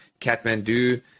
Kathmandu